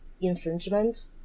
infringement